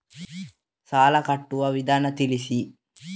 ಸಾಲ ಕಟ್ಟುವ ವಿಧಾನ ತಿಳಿಸಿ?